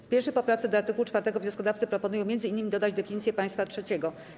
W 1. poprawce do art. 4 wnioskodawcy proponują m.in. dodać definicję państwa trzeciego.